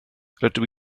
rydw